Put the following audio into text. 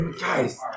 guys